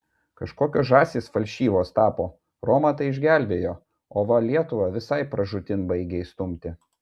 kažkokios žąsys falšyvos tapo romą tai išgelbėjo o va lietuvą visai pražūtin baigia įstumti